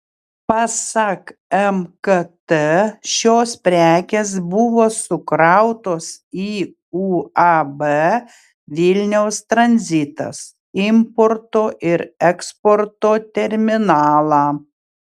pasak mkt šios prekės buvo sukrautos į uab vilniaus tranzitas importo ir eksporto terminalą